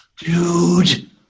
Dude